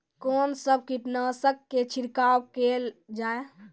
कून सब कीटनासक के छिड़काव केल जाय?